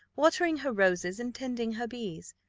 watering her roses and tending her bees.